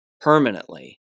permanently